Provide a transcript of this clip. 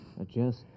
adjust